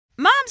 moms